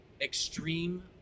extreme